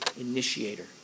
initiator